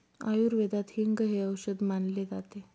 आयुर्वेदात हिंग हे औषध मानले जाते